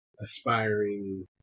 aspiring